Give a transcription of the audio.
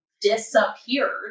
disappeared